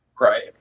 Right